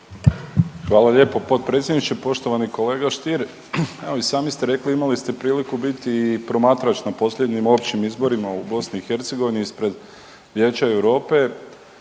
Hvala lijepo potpredsjedniče. Poštovani kolega Stier, evo i sami ste rekli imali ste priliku biti i promatrač na posljednjim općim izborima u BiH ispred Vijeća Europe,